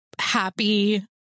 happy